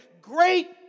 great